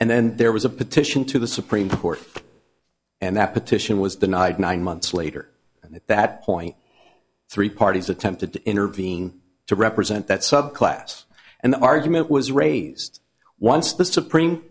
and then there was a petition to the supreme court and that petition was denied nine months later and at that point three parties attempted to intervene to represent that subclass and the argument was raised once the supreme